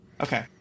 Okay